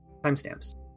Timestamps